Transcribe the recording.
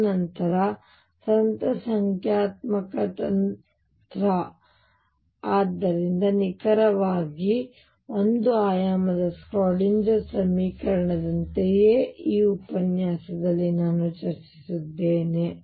ತದನಂತರ ತಂತ್ರ ಸಂಖ್ಯಾತ್ಮಕ ತಂತ್ರ ಆದ್ದರಿಂದ ನಿಖರವಾಗಿ 1 ಆಯಾಮದ ಶ್ರೋಡಿಂಗರ್Schrödinger ಸಮೀಕರಣದಂತೆಯೇ ಈ ಉಪನ್ಯಾಸದಲ್ಲಿ ನಾನು ಚರ್ಚಿಸಿದ್ದೇನೆ